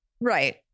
Right